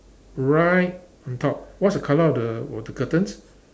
right on top what's the colour of the of the curtains